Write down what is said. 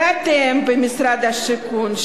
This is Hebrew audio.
ואתם במשרד השיכון,